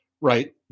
Right